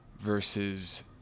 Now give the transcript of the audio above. versus